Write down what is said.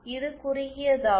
இது குறுகியதாகும்